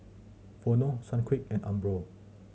Vono Sunquick and Umbro